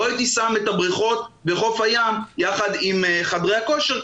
לא הייתי שם את הבריכות וחוף הים יחד עם חדרי הכושר,